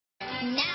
Now